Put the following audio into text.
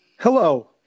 Hello